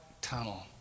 tunnel